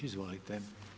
Izvolite.